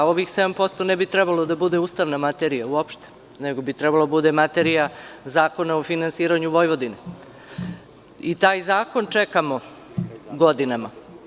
Ovih 7% ne bi trebalo da bude ustavna materija uopšte, nego bi trebalo da bude materija zakona o finansiranju Vojvodine i taj zakon čekamo godinama.